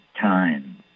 time